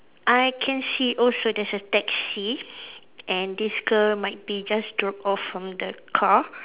I can see also there's a taxi and this girl might be just drop off from the car